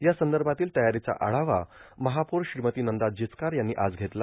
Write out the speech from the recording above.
यासंदभातील तयारोंचा आढावा महापौर श्रीमती नंदा जिचकार यांनी आज घेतला